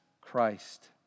Christ